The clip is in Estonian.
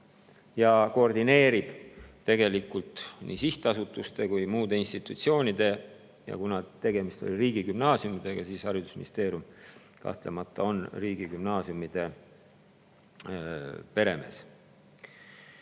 ja koordineerib tegelikult nii sihtasutuste kui ka muude institutsioonide tööd. Tegemist oli riigigümnaasiumidega ja haridusministeerium kahtlemata on riigigümnaasiumide peremees.